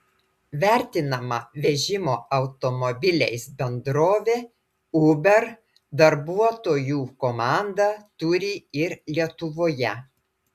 vertinama vežimo automobiliais bendrovė uber darbuotojų komandą turi ir lietuvoje